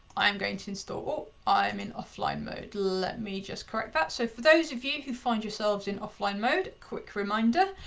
i am going to install. oh, i am in offline mode. let me just correct that. so for those of you who find yourselves in offline mode, a quick reminder,